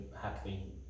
happy